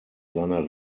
seiner